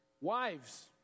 wives